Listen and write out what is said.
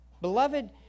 Beloved